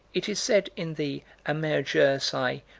it is said in the amer. jour. sci,